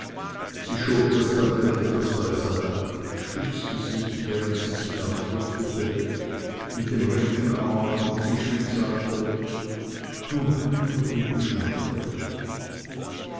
sie schob das tablett etwas beiseite stützte sich während sie sich aufrichtete mit dem rechten arm auf den tisch und sagte nun weiter liebe schmolke